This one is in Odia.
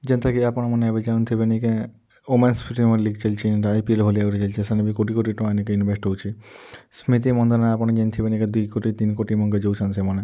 ଯେନ୍ତାକି ଆପଣମାନେ ଏବେ ଜାଣିଥିବେ ନିକେଁ ଓମେନ୍ସ୍ ପ୍ରିମିୟମ୍ ଲିଗ୍ ଚାଲିଛେ ଜେନ୍ଟା ଆଇ ପି ଏଲ୍ ଭଲିଆ ଗୁଟେ ଚାଲିଛେ ସେମାନଙ୍କ ପାଇଁ ବି କୋଟି କୋଟି ଟଙ୍କା ନିକେଁ ଇନ୍ଭେଷ୍ଟ୍ ହଉଛେ ସ୍ମିତି ମନ୍ଦନା ଆପଣ ଜାଣିଥିବେ ନିକେଁ ଦୁଇ କୋଟି ତିନି କୋଟି ମାନ୍କେ ଯାଉଛତ୍ ସେମାନେ